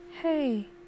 Hey